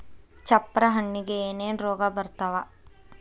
ಚಪ್ರ ಹಣ್ಣಿಗೆ ಏನೇನ್ ರೋಗ ಬರ್ತಾವ?